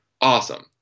awesome